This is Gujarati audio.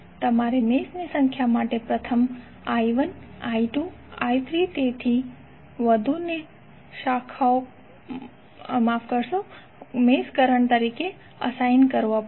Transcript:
તમારે મેશની સંખ્યા માટે પ્રથમ I1 I2 I3 તેથી વધુને મેશ કરંટ તરીકે અસાઇન કરવા પડશે